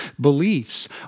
Beliefs